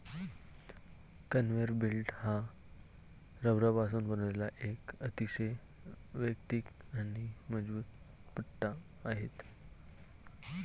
conveyor belt हा रबरापासून बनवलेला एक अतिशय वैयक्तिक आणि मजबूत पट्टा आहे